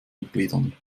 mitgliedern